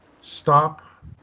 stop